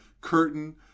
curtain